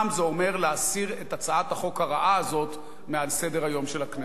זה אומר להסיר את הצעת החוק הרעה הזאת מעל סדר-היום של הכנסת.